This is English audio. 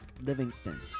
Livingston